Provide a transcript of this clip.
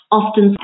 often